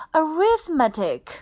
arithmetic